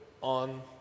on